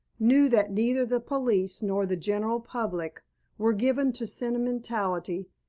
knew that neither the police nor the general public were given to sentimentality,